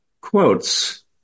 quotes